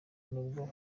nubwo